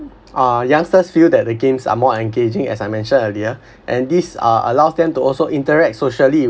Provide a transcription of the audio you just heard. uh youngsters feel that the games are more engaging as I mentioned earlier and these uh allows them to also interact socially